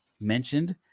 mentioned